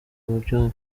babyumva